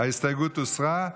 ההסתייגות הוסרה.